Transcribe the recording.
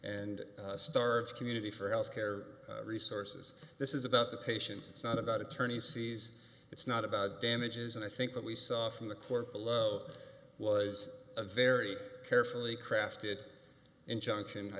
and starved community for health care resources this is about the patients it's not about attorneys fees it's not about damages and i think what we saw from the court below was a very carefully crafted injunction i